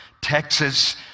Texas